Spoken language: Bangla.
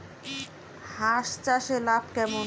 হাঁস চাষে লাভ কেমন?